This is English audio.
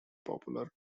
popular